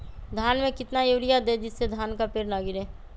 धान में कितना यूरिया दे जिससे धान का पेड़ ना गिरे?